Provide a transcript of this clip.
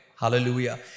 Hallelujah